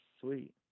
sweet